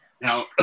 Now